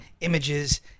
images